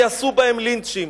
ויעשו בהם לינצ'ים.